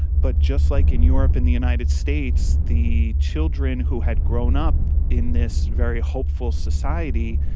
but just like in europe and the united states, the children who had grown up in this very hopeful society,